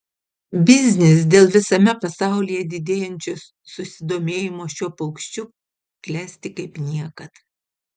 biznis dėl visame pasaulyje didėjančio susidomėjimo šiuo paukščiu klesti kaip niekad